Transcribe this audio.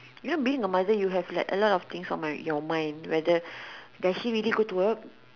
you know being a mother you know have like a lot of things on mind your mind whether does she really goes to work